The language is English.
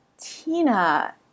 Tina